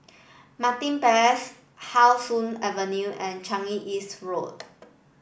Martin Place How Soon Avenue and Changi East Road